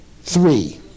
Three